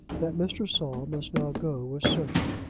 that mr. saul must now go was certain,